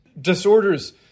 disorders